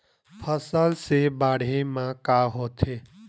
फसल से बाढ़े म का होथे?